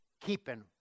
keeping